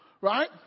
right